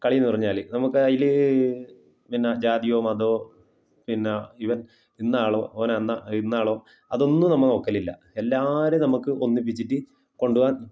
കളി എന്ന് പറഞ്ഞാൽ നമ്മൾ ഇപ്പോൾ അതിൽ പിന്നീ ജാതിയോ മതമോ പിന്നെ ഇവൻ ഇന്ന ആളോ ഓന് അന്ന ഇന്ന ആളോ അതൊന്നും നമ്മോ നോക്കലില്ല എല്ലാവരെയും നമ്മൾക്ക് ഒന്നിപ്പിച്ചിട്ട് കൊണ്ടു പോവാൻ